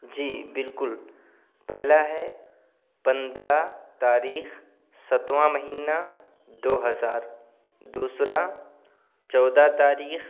جی بالکل پہلا ہے پندرہ تاریخ ساتواں مہینہ دو ہزار دوسرا چودہ تاریخ